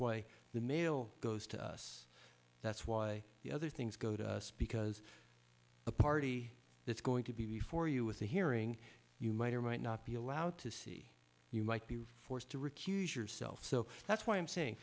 why the mail goes to us that's why the other things go to us because the party that's going to be for you with the hearing you might or might not be allowed to see you might be forced to recuse yourself so that's why i'm saying